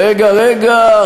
רגע, רגע.